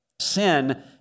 Sin